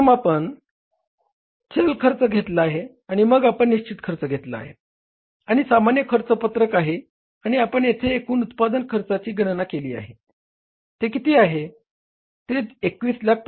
प्रथम आपण चल खर्च घेतला आहे आणि मग आपण निश्चित खर्च घेतला आहे आणि सामान्य खर्च पत्रक आहे आणि आपण येथे एकूण उत्पादन खर्चाची गणना केली आहे ते किती आहे